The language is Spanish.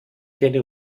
tiene